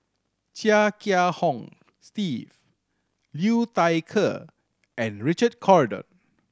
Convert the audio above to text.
Chia Kiah Hong Steve Liu Thai Ker and Richard Corridon